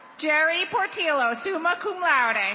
jerry portillo, summa cum laude. and